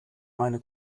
meine